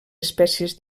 espècies